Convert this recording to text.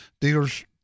Dealers